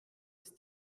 ist